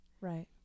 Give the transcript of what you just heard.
Right